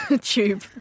Tube